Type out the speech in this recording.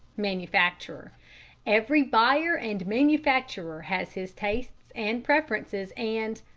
manufacturer every buyer and manufacturer has his tastes and preferences and.